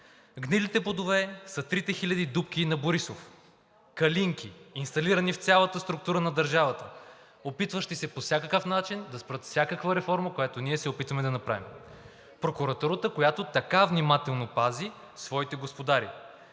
Гнилите плодове са 3 хиляди дупки на Борисов, калинки, инсталирани в цялата структура на държавата, опитващи се по всякакъв начин да спрат всякаква реформа, която ние се опитваме да направим. Прокуратурата, която така внимателно пази своите господари,